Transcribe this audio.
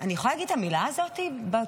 אני יכולה להגיד את המילה הזאת בכנסת?